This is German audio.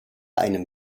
einem